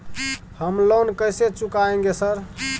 हम लोन कैसे चुकाएंगे सर?